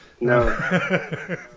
No